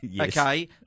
okay